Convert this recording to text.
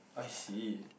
I see